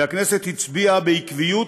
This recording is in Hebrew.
והכנסת הצביעה בעקביות